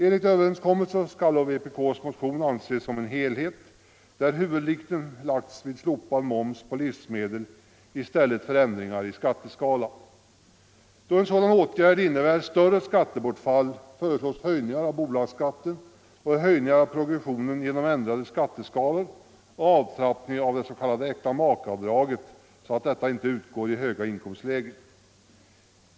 Enligt överenskommelse skall vpk:s motion ses som en helhet, där huvudvikten ligger vid slopad moms på livsmedel i stället för ändringar i skatteskalan. Då en sådan åtgärd innebär större skattebortfall föreslås höjningar av bolagsskatten och höjningar av progressionen genom ändrade skatteskalor och avtrappning av det s.k. äktamakeavdraget, så att detta inte utgår i höga inkomstlägen.